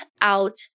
out